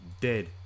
Dead